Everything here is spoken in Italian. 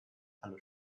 allo